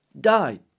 died